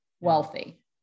wealthy